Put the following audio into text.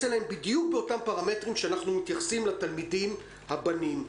אליהם בדיוק באותם פרמטרים שאנחנו מתייחסים לתלמידים הבנים.